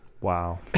Wow